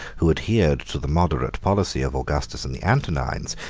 who adhered to the moderate policy of augustus and the antonines,